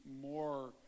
more